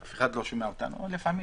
אף אחד לא שומע אותנו לפעמים